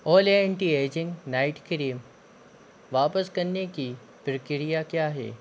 ओलय anti ageing night cream वापस करने की प्रक्रिया क्या है